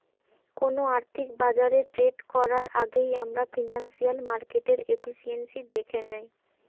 কোনো আর্থিক বাজারে ট্রেড করার আগেই আমরা ফিনান্সিয়াল মার্কেটের এফিসিয়েন্সি দ্যাখে নেয়